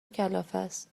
کلافست